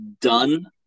done